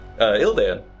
Ildan